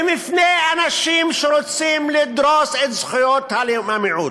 ומפני אנשים שרוצים לדרוס את זכויות המיעוט,